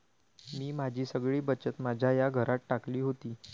मी माझी सगळी बचत माझ्या या घरात टाकली होती